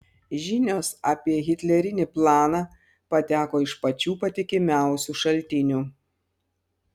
žinios apie hitlerinį planą pateko iš pačių patikimiausių šaltinių